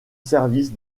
service